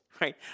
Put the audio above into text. right